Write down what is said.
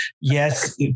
Yes